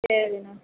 சரிண்ணா